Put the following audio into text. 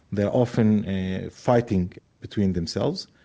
they're often fighting between themselves.